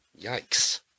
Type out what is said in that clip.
Yikes